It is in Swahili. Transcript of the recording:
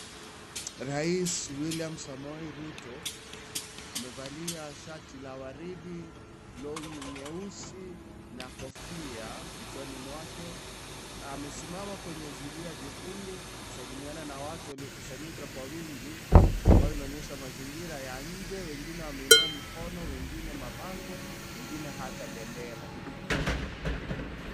Rais william samoei ruto amevalia shati la waridi longi nyeusi na kofia kichwani mwake amesimama kwenye zulia jekundu akisalimiana na watu waliokusanyika kwa wingi ambayo inaonyesha mazingira ya nje wengine wameinua mikono, wengine mabango wengine hata bendera.